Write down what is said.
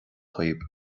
daoibh